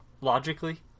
Logically